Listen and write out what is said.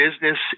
business